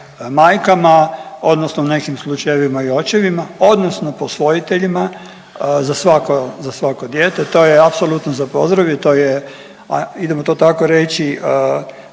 majkama, odnosno u nekim slučajevima i očevima, odnosno posvojiteljima za svako dijete. To je apsolutno za pozdraviti, to je idemo to tako reći,